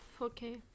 Okay